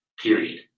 Period